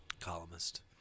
columnist